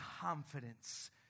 confidence